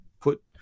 put